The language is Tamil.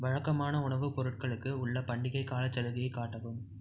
வழக்கமான உணவுப் பொருட்களுக்கு உள்ள பண்டிகைக் காலச் சலுகையை காட்டவும்